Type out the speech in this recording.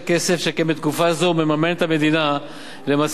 שכן בתקופה זו מממנת המדינה למעשה את מחיר